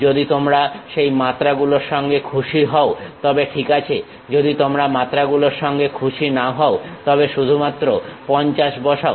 যদি তোমরা সেই মাত্রা গুলোর সঙ্গে খুশি হও তবে ঠিক আছে যদি তোমরা মাত্রা গুলোর সঙ্গে খুশি না হও তবে শুধুমাত্র 50 বসাও